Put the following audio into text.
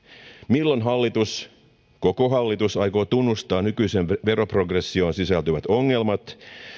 milloin hallitus koko hallitus aikoo tunnustaa nykyiseen veroprogressioon sisältyvät ongelmat